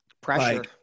pressure